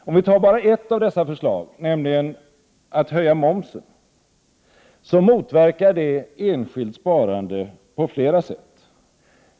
För att se på bara ett av dessa förslag, höjning av momsen, finner vi att det motverkar det enskilda sparandet på flera sätt.